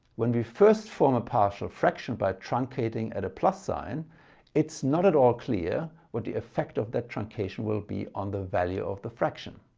when we first form a partial fraction by truncating at a plus sign it's not at all clear what the effect of that truncation will be on the value of the fraction.